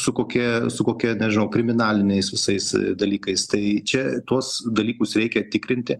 su kokia su kokia nežinau kriminaliniais visais dalykais tai čia tuos dalykus reikia tikrinti